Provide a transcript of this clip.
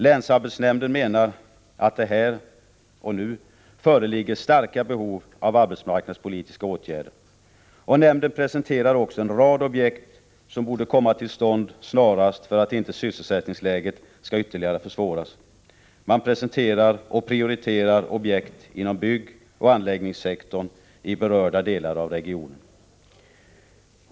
Länsarbetsnämnden menar att det här och nu föreligger starka behov av arbetsmarknadspolitiska åtgärder. Nämnden presenterar också en rad objekt som borde komma till stånd snarast för att inte sysselsättningsläget skall ytterligare försvåras. Man presenterar och prioriterar objekt inom byggoch anläggningssektorn i berörda delar av regionen.